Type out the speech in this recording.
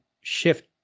shift